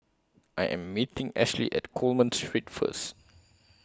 I Am meeting Ashly At Coleman Street First